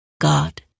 God